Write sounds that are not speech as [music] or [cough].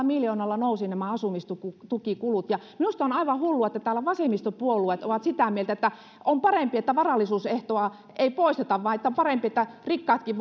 [unintelligible] miljoonalla nousivat nämä asumistukikulut minusta on aivan hullua että täällä vasemmistopuolueet ovat sitä mieltä että on parempi että varallisuusehtoa ei poisteta ja että on parempi että rikkaatkin [unintelligible]